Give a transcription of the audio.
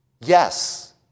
Yes